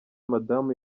madamu